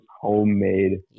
homemade